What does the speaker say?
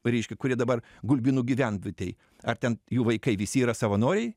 reiškia kurie dabar gulbinų gyvenvietėj ar ten jų vaikai visi yra savanoriai